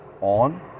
on